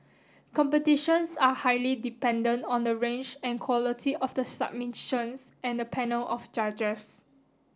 competitions are highly dependent on the range and quality of the submissions and the panel of judges